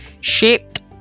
shaped